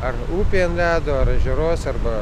ar upė ant ledo ar ežeruose arba